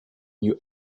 you